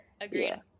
Agreed